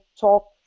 talk